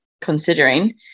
considering